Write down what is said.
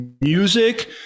Music